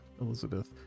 Elizabeth